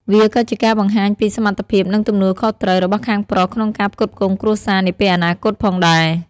វាក៏ជាការបង្ហាញពី សមត្ថភាព និង ទំនួលខុសត្រូវ របស់ខាងប្រុសក្នុងការផ្គត់ផ្គង់គ្រួសារនាពេលអនាគតផងដែរ។